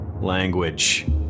Language